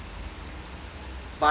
but I feel